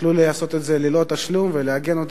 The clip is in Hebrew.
יוכלו לעשות את זה ללא תשלום ולהגן על